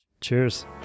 Cheers